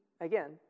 again